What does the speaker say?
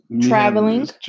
Traveling